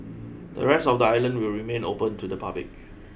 the rest of the island will remain open to the public